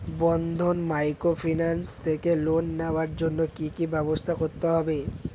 বন্ধন microfinance থেকে loan নেওয়ার জন্য কি কি ব্যবস্থা করতে হবে?